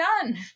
done